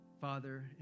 Father